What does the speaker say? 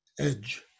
edge